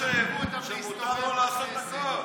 היושב-ראש חושב שמותר לו לעשות הכול.